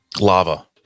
lava